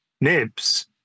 Nibs